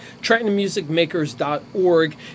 trentonmusicmakers.org